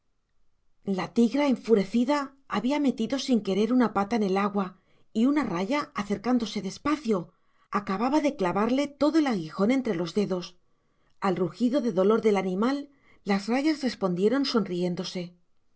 la tigra enfurecida había metido sin querer una pata en el agua y una raya acercándose despacio acababa de clavarle todo el aguijón entre los dedos al rugido de dolor del animal las rayas respondieron sonriéndose